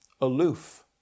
aloof